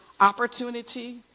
opportunity